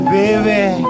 baby